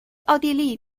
奥地利